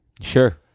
Sure